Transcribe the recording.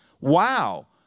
Wow